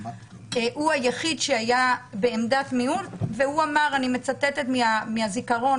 היה בעמדת מיעוט ואמר (אני מצטטת מהזיכרון):